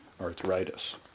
arthritis